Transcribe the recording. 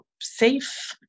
safe